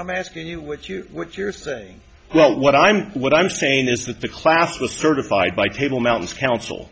i'm asking you what you what you're saying well what i'm what i'm saying is that the class was certified by table mountains council